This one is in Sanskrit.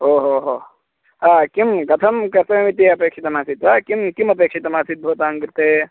ओ हो हो किं कथं कथम् इति अपेक्षितमासीत् वा किं किम् अपेक्षितमासीत् भवतां कृते